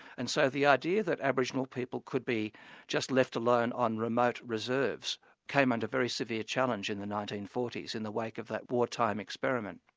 and so the idea that aboriginal people could be just left alone on remote reserves came under very severe challenge in the nineteen forty s in the wake of that wartime experiment.